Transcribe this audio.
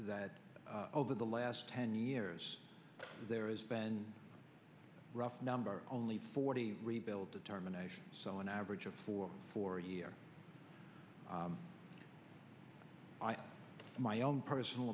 that over the last ten years there has been rough numbers only forty rebuild determination so an average of four for a year i have my own personal